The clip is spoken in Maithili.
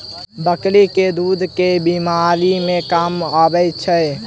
बकरी केँ दुध केँ बीमारी मे काम आबै छै?